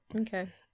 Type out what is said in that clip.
okay